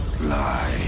lie